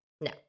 no